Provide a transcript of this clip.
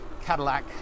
Cadillac